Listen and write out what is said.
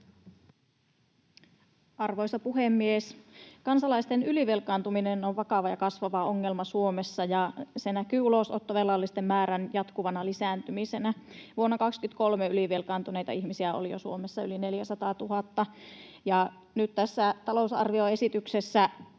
Arvoisa puhemies! Kansalaisten ylivelkaantuminen on vakava ja kasvava ongelma Suomessa, ja se näkyy ulosottovelallisten määrän jatkuvana lisääntymisenä. Vuonna 23 ylivelkaantuneita ihmisiä oli Suomessa jo yli 400 000. Nyt tässä talousarvioesityksessä